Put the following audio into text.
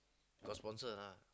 got sponsor lah